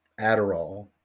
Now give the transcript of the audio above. Adderall